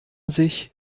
sich